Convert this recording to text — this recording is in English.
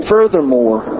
Furthermore